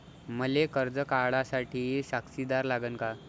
मले कर्ज काढा साठी साक्षीदार लागन का?